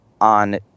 on